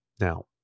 now